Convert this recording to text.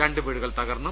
രണ്ട് വീടുകൾ തകർന്നു